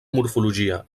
morfologia